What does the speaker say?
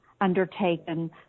undertaken